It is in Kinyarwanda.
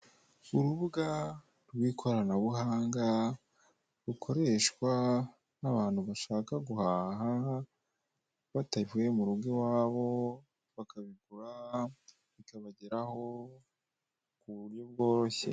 Urubuga rw'ikoranabuhanga rukoreshwa n'abantu bashaka guhaha batavuye mu rugo iwabo bakabigura bikabageraho mu buryo bworoshye.